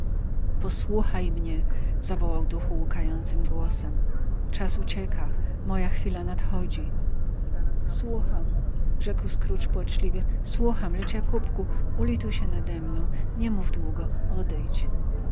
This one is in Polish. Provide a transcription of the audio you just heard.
posłuchaj mnie zawołał duch łkającym głosem czas ucieka moja chwila nadchodzi słucham rzekł scrooge płaczliwie słucham lecz jakóbku ulituj się nade mną nie mów długo odejdź